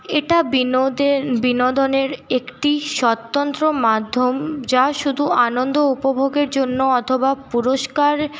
এটা বিনোদনের একটি স্বতন্ত্র মাধ্যম যা শুধু আনন্দ উপভোগের জন্য অথবা পুরস্কার